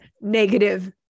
negative